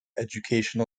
educational